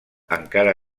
encara